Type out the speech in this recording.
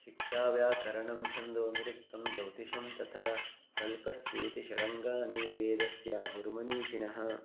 शिक्षाव्याकरणं छन्दो निरुक्तं ज्यौतिषं तथा कल्पश्चेति षडङ्गानि वेदस्याहुर्मनीषिणः